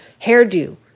hairdo